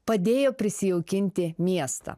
padėjo prisijaukinti miestą